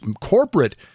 Corporate